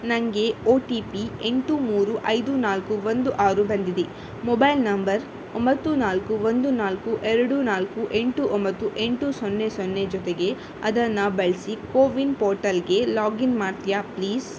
ನನಗೆ O T P ಎಂಟು ಮೂರು ಐದು ನಾಲ್ಕು ಒಂದು ಆರು ಬಂದಿದೆ ಮೊಬೈಲ್ ನಂಬರ್ ಒಂಬತ್ತು ನಾಲ್ಕು ಒಂದು ನಾಲ್ಕು ಎರಡು ನಾಲ್ಕು ಎಂಟು ಒಂಬತ್ತು ಎಂಟು ಸೊನ್ನೆ ಸೊನ್ನೆ ಜೊತೆಗೆ ಅದನ್ನು ಬಳಸಿ ಕೋವಿನ್ ಪೋರ್ಟಲ್ಗೆ ಲಾಗಿನ್ ಮಾಡ್ತೀಯಾ ಪ್ಲೀಸ್